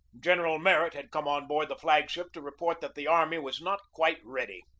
general merritt had come on board the flag-ship to report that the army was not quite ready.